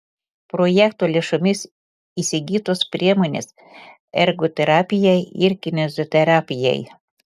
projekto lėšomis įsigytos priemonės ergoterapijai ir kineziterapijai